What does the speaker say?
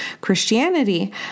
Christianity